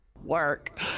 work